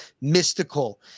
mystical